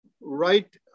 right